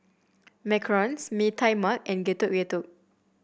Macarons Mee Tai Mak and Getuk Getuk